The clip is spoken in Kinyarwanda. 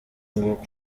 nguko